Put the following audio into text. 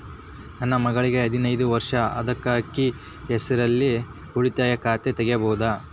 ನನ್ನ ಮಗಳಿಗೆ ಹದಿನೈದು ವರ್ಷ ಅದ ಅಕ್ಕಿ ಹೆಸರಲ್ಲೇ ಉಳಿತಾಯ ಖಾತೆ ತೆಗೆಯಬಹುದಾ?